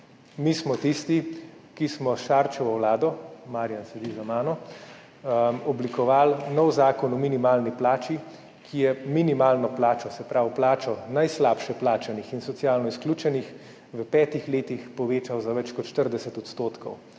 Mi smo tisti, ki smo s Šarčevo vlado, Marjan sedi za mano, oblikovali nov Zakon o minimalni plači, ki je minimalno plačo, se pravi plačo najslabše plačanih in socialno izključenih, v petih letih povečal za več kot 40 %.